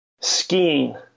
Skiing